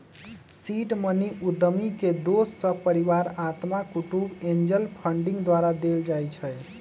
seed money उद्यमी के दोस सभ, परिवार, अत्मा कुटूम्ब, एंजल फंडिंग द्वारा देल जाइ छइ